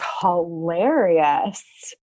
hilarious